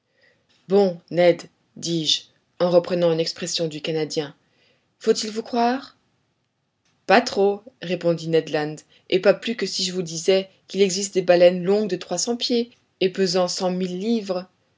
bon ned dis-je en reprenant une expression du canadien faut-il vous croire pas trop répondit ned land et pas plus que si je vous disais qu'il existe des baleines longues de trois cents pieds et pesant cent mille livres